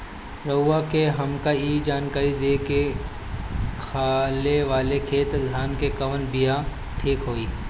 रउआ से हमके ई जानकारी देई की खाले वाले खेत धान के कवन बीया ठीक होई?